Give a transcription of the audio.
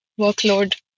workload